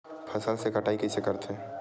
फसल के कटाई कइसे करथे?